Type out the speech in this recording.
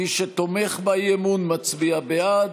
מי שתומך באי-אמון מצביע בעד,